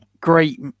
great